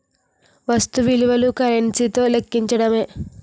వస్తు విలువను కరెన్సీ తో లెక్కించడమే